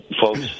folks